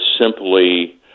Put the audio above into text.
simply